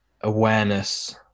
awareness